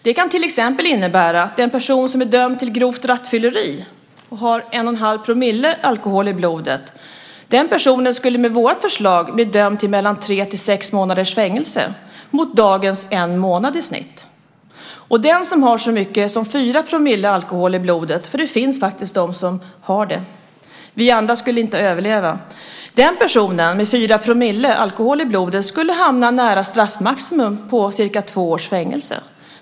Det kan som exempel innebära att den person som döms för grovt rattfylleri och har en och en halv promille alkohol i blodet med vårt förslag skulle bli dömd till mellan tre till sex månaders fängelse mot dagens en månad i snitt. Det finns faktiskt personer som har så mycket som 4 % alkohol i blodet, vilket vi andra inte skulle överleva med. Den personen skulle hamna nära straffmaximum på cirka två års fängelse.